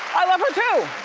i love her too.